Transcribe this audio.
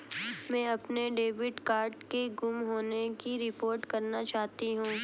मैं अपने debit card के गुम होने की रिपोर्ट करना चाहती हूँ